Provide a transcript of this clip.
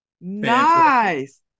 Nice